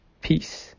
peace